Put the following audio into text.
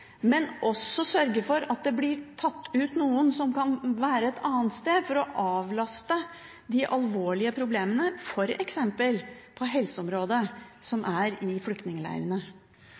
også sørge for at det blir tatt ut noen som kan være et annet sted, for å avlaste de alvorlige problemene, på f.eks. helseområdet, som er i